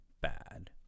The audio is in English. bad